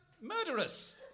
murderous